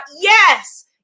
Yes